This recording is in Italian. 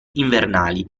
invernali